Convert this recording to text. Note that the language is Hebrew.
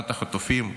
ארבעת החטופים,